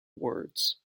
words